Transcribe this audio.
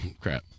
crap